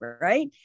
right